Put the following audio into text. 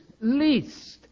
least